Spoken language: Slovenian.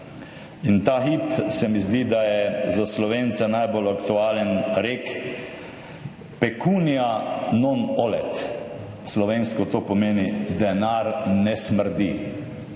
In ta hip se mi zdi, da je za Slovence najbolj aktualen rek »pecunia non olet« slovensko to pomeni »denar ne smrdi«.